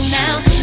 now